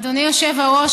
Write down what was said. אדוני היושב-ראש,